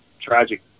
tragic